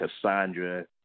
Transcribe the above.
Cassandra